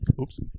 oops